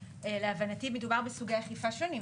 להבנתי מדובר בסוגי אכיפה שונים,